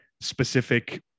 specific